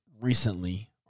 recently